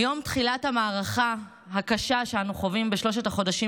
מיום תחילת המערכה הקשה שאנו חווים בשלושת החודשים